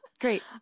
Great